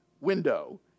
window